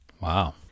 Wow